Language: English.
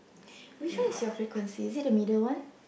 which one is your frequency is it the middle one